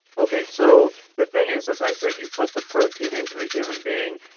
ok, so the thing is, as i said, you put the protein into a human being,